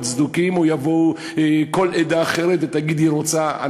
הצדוקים או תבוא כל עדה אחרת ותגיד שהיא רוצה,